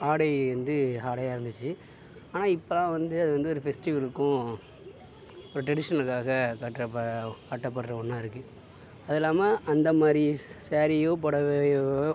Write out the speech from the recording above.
ஆடை வந்து ஆடையாக இருந்துச்சு ஆனால் இப்போலாம் வந்து அது வந்து ஒரு ஃபெஸ்டிவலுக்கும் ஒரு ட்ரெடிஷ்னலுக்காக கட்டுறப்ப கட்டப்படுற ஒன்றா இருக்குது அது இல்லாமல் அந்த மாதிரி ச ஸாரியோ புடவையோ